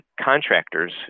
contractors